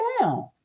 down